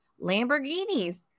Lamborghinis